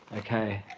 okay.